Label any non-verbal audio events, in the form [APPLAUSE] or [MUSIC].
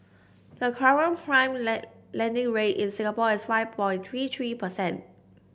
the current prime [UNINTELLIGIBLE] lending rate in Singapore is five for three three percent